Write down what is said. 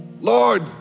Lord